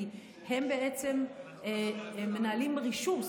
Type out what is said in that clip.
כי הם בעצם מנהלים רישום,